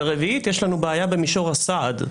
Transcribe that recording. ורביעית יש לנו בעיה במישור הסעד,